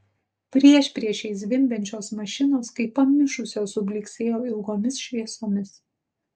priešpriešiais zvimbiančios mašinos kaip pamišusios sublyksėjo ilgomis šviesomis